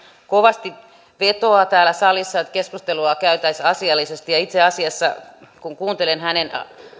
kovasti vetoaa täällä salissa että keskustelua käytäisiin asiallisesti ja itse asiassa kun kuuntelen hänen